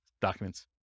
documents